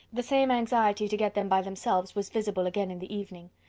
the same anxiety to get them by themselves was visible again in the evening.